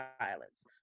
violence